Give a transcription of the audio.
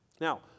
Now